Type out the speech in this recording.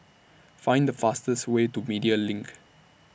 Find The fastest Way to Media LINK